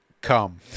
come